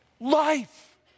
life